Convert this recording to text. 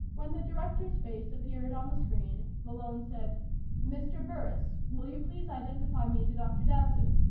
when the director's face appeared on the screen, malone said mr. burris, will you please identify me to dr. dowson?